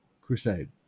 crusade